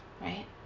right